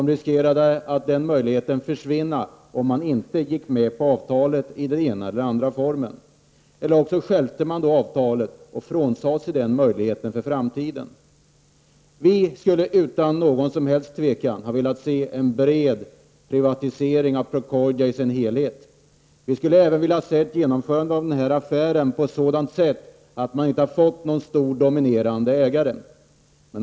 Man riskerade att den möjligheten försvann om man inte gick med på avtal i den ena eller andra formen. Det andra alternativet var att stjälpa avtalet och frånsäga sig den möjligheten för framtiden. Vi skulle utan någon som helst tvekan ha velat se en bred privatisering av Procordia i dess helhet. Vi skulle även ha velat se att affären hade genomförts på ett sådant sätt att man inte fått någon stor dominerande ägare.